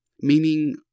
Meaning